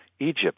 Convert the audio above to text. Egypt